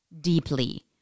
deeply